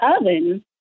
oven